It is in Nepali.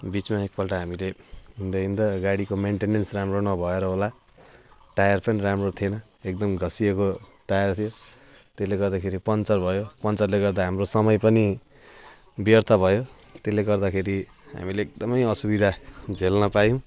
बिचमा एकपल्ट हामीले हिँड्दा हिँड्दा गाडीको मेन्टेनेन्स राम्रो नभएर होला टायर पनि राम्रो थिएन एकदम घसिएको टायर थियो त्यसले गर्दाखेरि पम्चर भयो पम्चरले गर्दा हाम्रो समय पनि व्यर्थ भयो त्यसले गर्दाखेरि हामीलाई एकदमै असुविधा झेल्न पायौँ